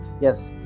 yes